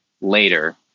later